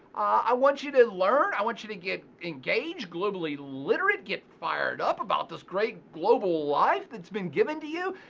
i want you to learn, i want you to get engaged, globally literate, get fired up about this great global life that's been given to you.